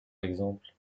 exemple